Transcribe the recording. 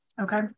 okay